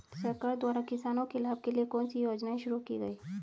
सरकार द्वारा किसानों के लाभ के लिए कौन सी योजनाएँ शुरू की गईं?